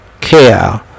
care